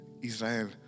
Israel